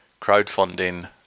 crowdfunding